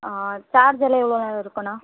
ஆ சார்ஜர்லாம் எவ்வளோ நேரம் இருக்கும்ணா